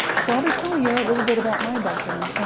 so i'll be telling you a little bit about my background,